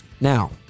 Now